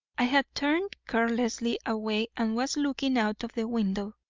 i had turned carelessly away and was looking out of the window.